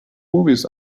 movies